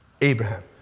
Abraham